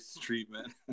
treatment